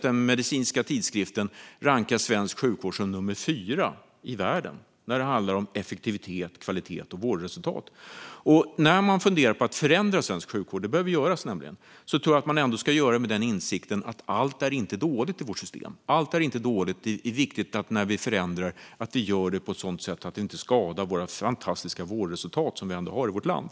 Den medicinska tidskriften The Lancet rankar svensk sjukvård som nr 4 i världen när det handlar om effektivitet, kvalitet och vårdresultat. När man funderar på att förändra svensk sjukvård - det behöver nämligen göras - tror jag att man ändå ska göra det med insikten att allt inte är dåligt i vårt system. Det är viktigt att när vi förändrar att vi gör det på ett sådant sätt att det inte skadar de fantastiska vårdresultat som vi ändå har i vårt land.